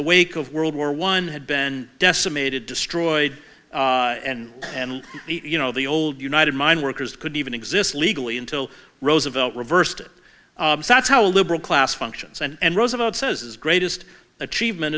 the wake of world war one had been decimated destroyed and and you know the old united mine workers could even exist legally until roosevelt reversed it that's how liberal class functions and roosevelt says his greatest achievement